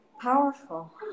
Powerful